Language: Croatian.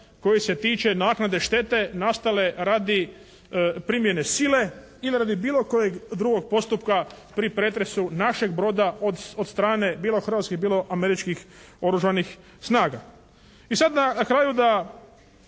koji se tiče naknade štete nastale radi primjene sile ili radi bilo kojeg drugog postupka pri pretresu našeg broda od strane bilo hrvatskih bilo Američkih oružanih snaga. I sad na kraju da